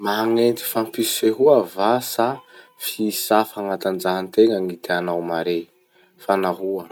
Magnenty fampisehoa va sa fihisa fanatanjahatena gny tianao mare? Fa nahoa?